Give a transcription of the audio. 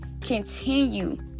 continue